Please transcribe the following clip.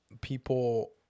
people